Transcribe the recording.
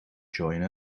join